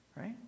right